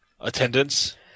attendance